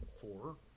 Four